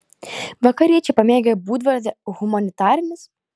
vakariečiai pamėgę būdvardį humanitarinis